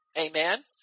Amen